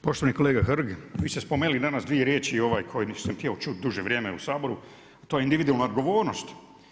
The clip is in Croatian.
Poštovani kolega Hrg, vi ste spomenuli danas dvije riječi koje nisam htio čuti duže vrijeme u Saboru, a to je individualna odgovornost.